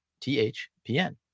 THPN